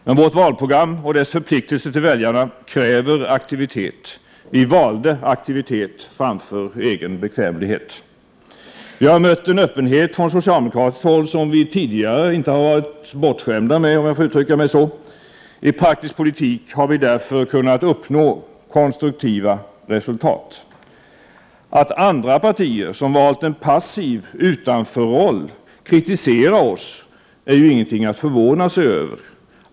Men vårt valprogram och dess förpliktelse till väljarna kräver aktivitet. Vi valde aktivitet framför egen bekvämlighet. Vi har mött en öppenhet från socialdemokratiskt håll som vi tidigare — låt mig uttrycka det så — inte varit bortskämda med. I praktisk politik har vi därför kunnat uppnå konstruktiva resultat. Att andra partier, som valt en passiv utanförroll, kritiserar oss är ju ingenting att förvåna sig över.